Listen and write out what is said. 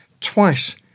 twice